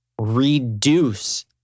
reduce